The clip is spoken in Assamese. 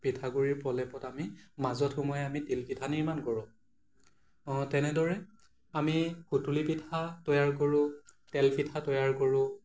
পিঠাগুড়িৰ প্ৰলেপত আমি মাজত সোমোৱাই আমি তিলপিঠা নিৰ্মাণ কৰোঁ তেনেদৰে আমি সুতুলি পিঠা তৈয়াৰ কৰোঁ তেলপিঠা তৈয়াৰ কৰোঁ